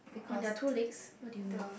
on their two legs what do you mean